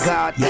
God